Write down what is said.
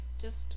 just-